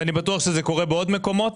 ואני בטוח שזה קורה בעוד מקומות,